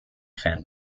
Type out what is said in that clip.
fan